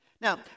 Now